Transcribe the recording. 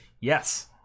Yes